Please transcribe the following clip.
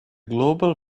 global